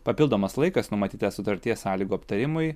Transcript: papildomas laikas numatytas sutarties sąlygų aptarimui